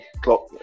clock